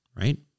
right